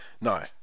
no